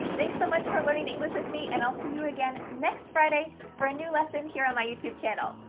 thanks so much for learning english with me and i'll see you again next friday for a new lesson here on my youtube channel.